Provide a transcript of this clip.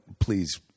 Please